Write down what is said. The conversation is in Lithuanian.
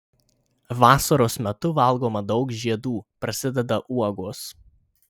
vasaros metu valgoma daug žiedų prasideda uogos